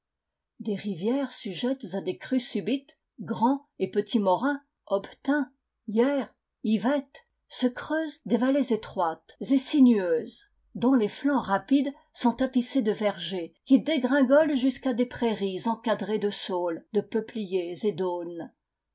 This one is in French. des rivières sujettes à des crues subites grand et petit morin aubetin yerre yvette se creusent des vallées étroites et sinueuses dont les flancs rapides sont tapissés de vergers qui dégringolent jusqu'à des prairies encadrées de saules de peupliers et d'aulnes